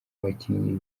abakinyi